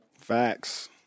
facts